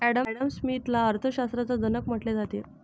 Adam स्मिथला अर्थ शास्त्राचा जनक म्हटले जाते